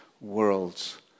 world's